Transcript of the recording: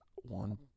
one